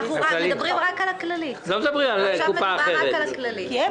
אבל אולי בגלל שהם יצטרכו להתחרות עם מכבי ועם קופות